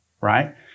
right